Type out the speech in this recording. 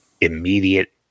immediate